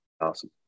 awesome